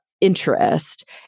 interest